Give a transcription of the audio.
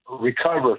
recover